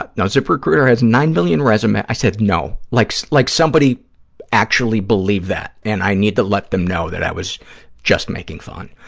but no, ziprecruiter has nine million res, ah i said, no, like so like somebody actually believed that and i need to let them know that i was just making fun.